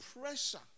pressure